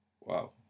wow